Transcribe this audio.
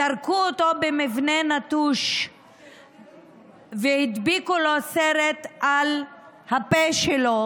זרקו אותו במבנה נטוש והדביקו לו סרט על הפה שלו,